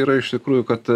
yra iš tikrųjų kad